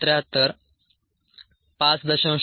1S mM 1 0